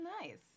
nice